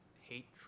hate